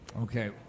Okay